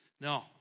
No